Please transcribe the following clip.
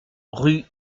rue